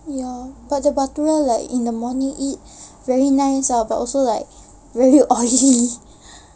ya but the bhatoora like in the morning eat very nice ah but also like really oily